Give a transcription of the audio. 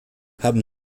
haben